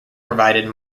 provided